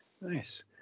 Nice